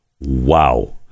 wow